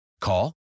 Call